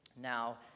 Now